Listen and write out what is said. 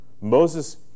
Moses